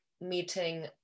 meeting